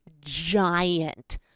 giant